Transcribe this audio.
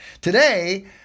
Today